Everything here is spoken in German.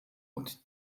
und